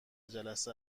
جلسه